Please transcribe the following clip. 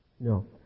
No